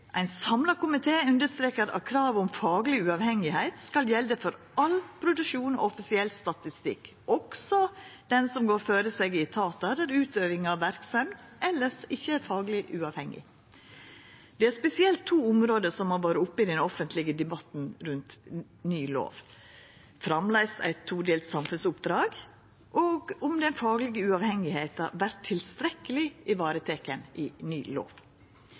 Ein samla komité understrekar at kravet om fagleg uavhengigheit skal gjelda for all produksjon av offisiell statstikk, også den som går føre seg i etatar, der utøving av verksemd elles ikkje er fagleg uavhengig. Det er spesielt to område som har vore oppe i den offentlege debatten rundt ny lov: om vi framleis skal ha eit todelt samfunnsoppdrag, og om den faglege uavhengigheita vert tilstrekkeleg vareteken i ny